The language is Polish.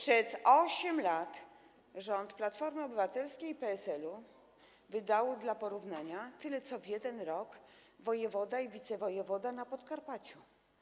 rząd Platformy Obywatelskiej i PSL-u wydał dla porównania tyle co w 1 rok wojewoda i wicewojewoda na Podkarpaciu.